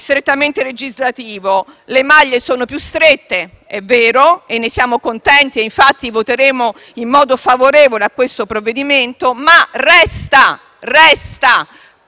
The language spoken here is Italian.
strettamente legislativo, le maglie sono allora più strette, è vero e ne siamo contenti; infatti voteremo in modo favorevole questo provvedimento. Ma resta ampia